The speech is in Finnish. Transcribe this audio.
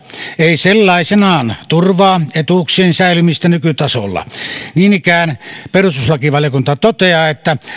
ei sellaisenaan turvaa etuuksien säilymistä nykytasolla niin ikään perustuslakivaliokunta toteaa että